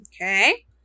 Okay